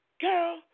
girl